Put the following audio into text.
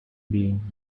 being